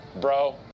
bro